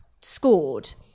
scored